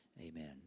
Amen